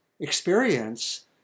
experience